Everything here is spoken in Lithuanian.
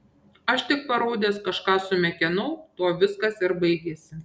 aš tik paraudęs kažką sumekenau tuo viskas ir baigėsi